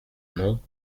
non